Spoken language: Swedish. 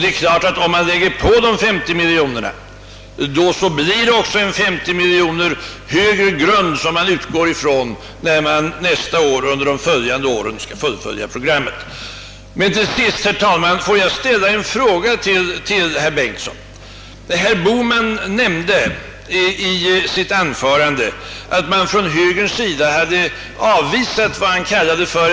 Det är klart att en höjning avanslaget med 50 miljoner kronor också skulle innebära en 50 miljoner högre bas att utgå från när man nästa och följande år fullföljer programmet. | Herr talman! Får jag till sist ställa en fråga till herr Bengtsson. Herr Bohman nämnde i sitt anförande att högern hade ävvisat' vad han kallade för.